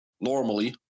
normally